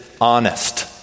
honest